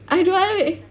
I don't want to make